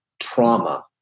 trauma